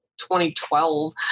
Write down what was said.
2012